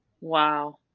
Wow